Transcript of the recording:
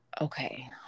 okay